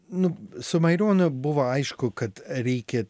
nu su maironiu buvo aišku kad reikia